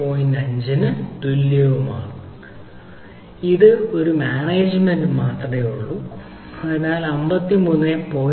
5 ന് തുല്യമാണ് ഇതിന് ഒരു മാനേജുമെന്റ് മാത്രമേയുള്ളൂ അതിനാൽ ഇത് 53